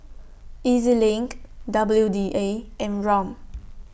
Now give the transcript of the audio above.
E Z LINK W D A and Rom